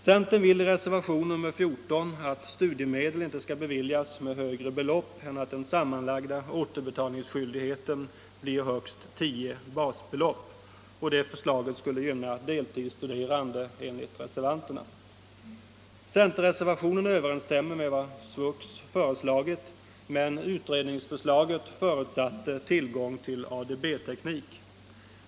Centern vill i reservationen 14 att studiemedel inte skall beviljas med högre belopp än att den sammanlagda återbetalningsskyldigheten blir högst 10 basbelopp. Förslaget skulle gynna deltidsstuderande, enligt reservanterna. Centerreservationen överensstämmer med vad SVUX föreslagit, men Nr 84 utredningsförslaget förutsatte tillgång till ADB-teknik.